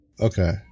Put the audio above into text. Okay